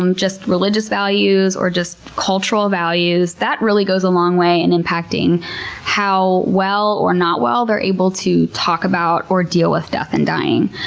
um just religious values or cultural values, that really goes a long way in impacting how well or not well they're able to talk about or deal with death and dying.